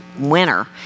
winner